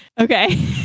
Okay